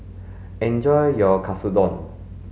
enjoy your Katsudon